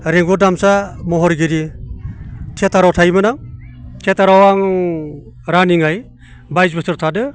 रिगु दामसा महरगिरि थियाटाराव थायोमोन आं थियाटाराव आं रानिंहाय बाय्स बोसोर थादो